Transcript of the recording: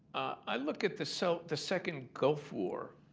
i look at the so the second gulf war